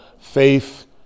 faith